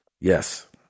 yes